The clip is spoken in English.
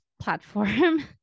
Platform